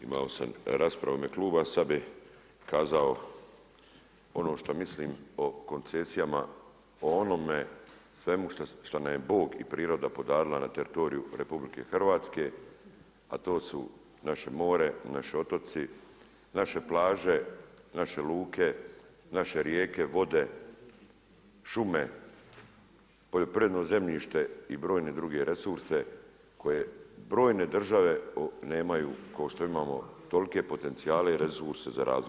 Imao sam raspravu u ime kluba, a sada bi kazao ono što mislim o koncesijama o onome svemu što nam je Bog i priroda podarila na teritoriju RH, a to su naše more, naši otoci, naše plaže, naše luke, rijeke, vode, šume, poljoprivredno zemljište i brojne druge resurse koje brojne druge države nemaju kao što imamo tolike potencijale i resurse za razvoj.